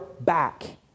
back